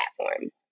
platforms